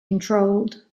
controlled